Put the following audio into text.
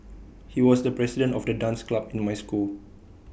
he was the president of the dance club in my school